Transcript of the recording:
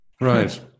Right